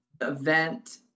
event